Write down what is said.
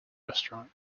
restaurant